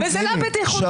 וזה לא בטיחותי.